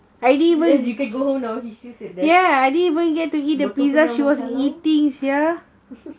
you can go home now just like that